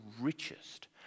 richest